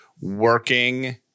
working